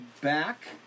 back